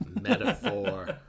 Metaphor